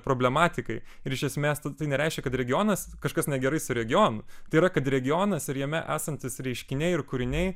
problematikai ir iš esmės tai nereiškia kad regionas kažkas negerai su regionu tai yra kad regionas ir jame esantys reiškiniai ir kūriniai